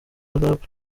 rap